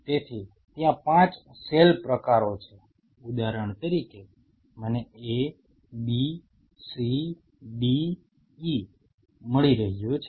તેથી ત્યાં 5 સેલ પ્રકારો છે ઉદાહરણ તરીકે મને A B C D E મળી રહ્યો છે